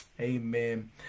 Amen